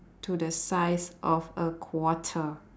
to the size of a quarter